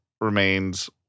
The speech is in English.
remains